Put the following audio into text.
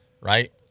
right